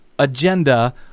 agenda